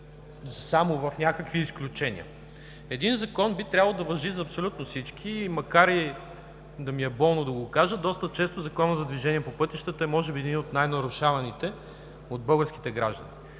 само в някакви изключения. Един закон би трябвало да важи за всички. Макар да ми е болно да го кажа, Законът за движението по пътищата може би е един от най-нарушаваните от българските граждани.